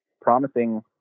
promising